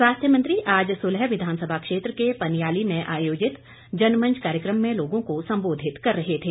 स्वास्थ्य मंत्री आज सुल्ह विधानसभा क्षेत्र के पनियाली में आयोजित जनमंच कार्यक्रम में लोगों को सम्बोधित कर रहे थे